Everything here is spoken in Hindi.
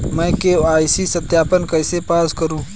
मैं के.वाई.सी सत्यापन कैसे पास करूँ?